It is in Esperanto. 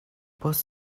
post